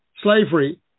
Slavery